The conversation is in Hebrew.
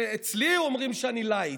שאומרים שאני לייט.